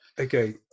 Okay